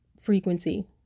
frequency